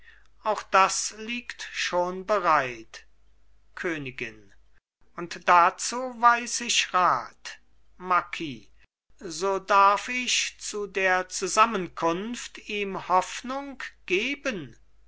auch das liegt schon bereit königin und dazu weiß ich rat marquis so darf ich zu der zusammenkunft ihm hoffnung geben